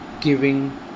giving